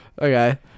Okay